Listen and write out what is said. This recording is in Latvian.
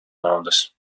naudas